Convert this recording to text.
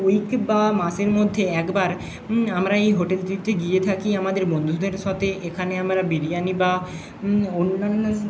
week বা মাসের মধ্যে একবার আমরা এই হোটেলটিতে গিয়ে থাকি আমাদের বন্ধুদের সথে এখানে আমরা বিরিয়ানি বা অন্যান্য